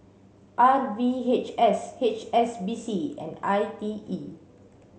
R V H S H S B C and I T E